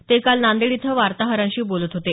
ते काल नांदेड इथं वार्ताहरांशी बोलत होते